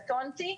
קטונתי,